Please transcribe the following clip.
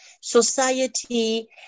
society